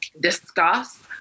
discuss